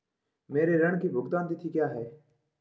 मेरे ऋण की भुगतान तिथि क्या है?